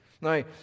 Now